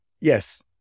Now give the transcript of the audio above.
Yes